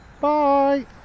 Bye